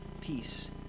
peace